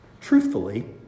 truthfully